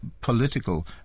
political